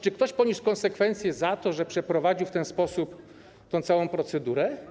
Czy ktoś poniósł konsekwencje za to, że przeprowadził w ten sposób tę całą procedurę?